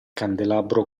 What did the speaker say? candelabro